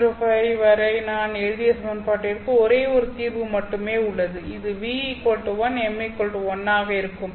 405 வரை நாம் எழுதிய சமன்பாட்டிற்கு ஒரே ஒரு தீர்வு மட்டுமே உள்ளது இது ʋ 1 m 1 ஆக இருக்கும்